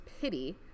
pity